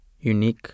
unique